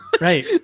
right